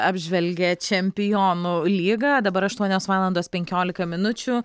apžvelgė čempionų lygą dabar aštuonios valandos penkiolika minučių